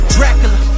Dracula